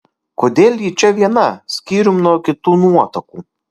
kodėl ji čia viena skyrium nuo kitų nuotakų